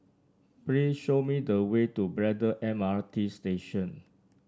please show me the way to Braddell M R T Station